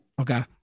Okay